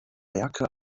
werke